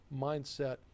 mindset